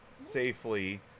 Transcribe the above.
safely